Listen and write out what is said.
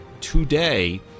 today